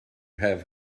have